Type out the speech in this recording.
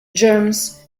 germs